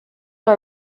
are